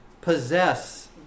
possess